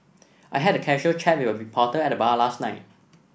I had a casual chat with a reporter at the bar last night